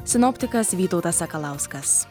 sinoptikas vytautas sakalauskas